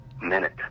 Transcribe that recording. minute